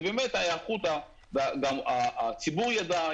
ובאמת הציבור ידע,